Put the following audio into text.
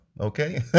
okay